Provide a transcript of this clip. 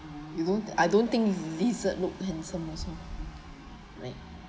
I don't think lizard look handsome also like